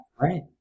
right